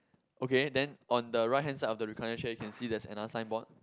okay then on the right hand side of the recliner chair you can see there's another signboard